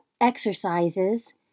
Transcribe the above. exercises